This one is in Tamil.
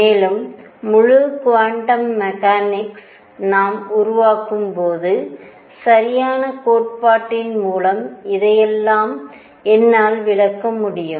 மேலும் முழு குவாண்டம் மெகானிக்ஸ் நாம் உருவாக்கும்போது சரியான கோட்பாட்டின் மூலம் இதையெல்லாம் என்னால் விளக்க முடியும்